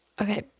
Okay